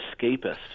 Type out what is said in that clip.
escapist